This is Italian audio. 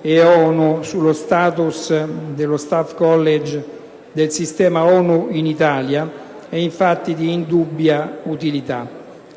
e l'ONU sullo *status* dello Staff College del sistema ONU in Italia è infatti di indubbia utilità.